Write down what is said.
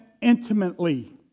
intimately